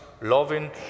loving